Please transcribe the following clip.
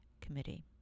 Committee